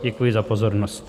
Děkuji za pozornost.